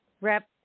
Rep